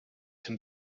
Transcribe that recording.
can